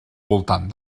voltant